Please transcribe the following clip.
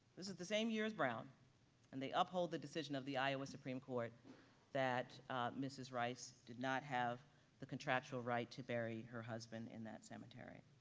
this is the same year's brown and they uphold the decision of the iowa supreme court that mrs. rice did not have the contractual right to bury her husband in that cemetery.